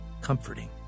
comforting